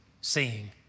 seeing